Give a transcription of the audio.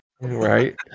Right